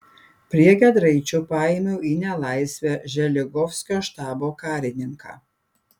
prie giedraičių paėmiau į nelaisvę želigovskio štabo karininką